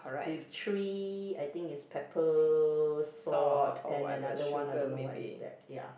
with three I think is pepper salt and another one I don't know what is that ya